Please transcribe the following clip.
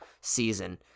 season